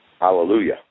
Hallelujah